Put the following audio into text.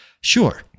Sure